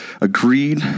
agreed